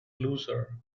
loser